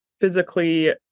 physically